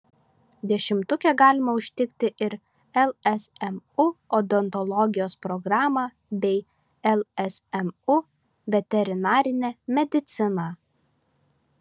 dešimtuke galima užtikti ir lsmu odontologijos programą bei lsmu veterinarinę mediciną